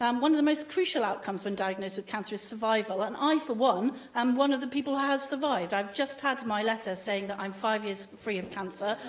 um one of the most crucial outcomes when diagnosed with cancer is survival, and i for one am one of the people who have survived. i've just had my letter saying that i'm five years free of cancer.